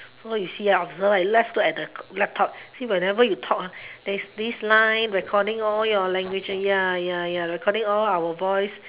so you see ah observe let's look at the laptop see whenever you talk ah there's this line recording all your language ya ya ya recording all our voice